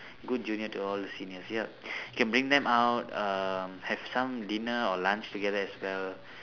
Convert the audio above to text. good junior to all the seniors ya you can bring them out um have some dinner or lunch together as well